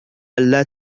ألا